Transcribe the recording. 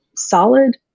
solid